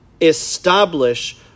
Establish